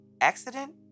Accident